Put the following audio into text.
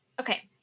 Okay